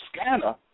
scanner